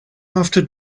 after